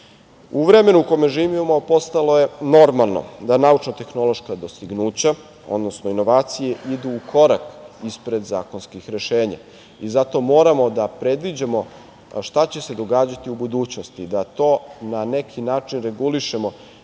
vremenu u kome živimo postalo je normalno da naučno-tehnološka dostignuća, odnosno inovacije, idu ukorak ispred zakonskih rešenja. Zato moramo da predviđamo šta će se događati u budućnosti, da to na neki način regulišemo